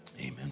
amen